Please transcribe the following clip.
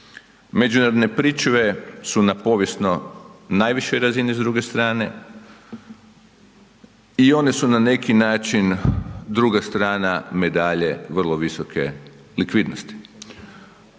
Međunarodne pričuve su na povijesno najvišoj razini s druge strane i one su na neki način druga strana medalje vrlo visoke likvidnosti.